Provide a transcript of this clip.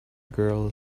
girl